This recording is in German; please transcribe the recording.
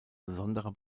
besonderer